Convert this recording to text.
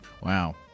Wow